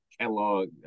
catalog